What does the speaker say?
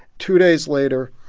two days later,